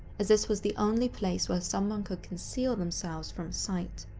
as this was the only place where someone could conceal themselves from sight.